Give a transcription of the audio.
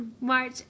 March